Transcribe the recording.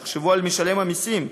תחשבו על משלם המסים.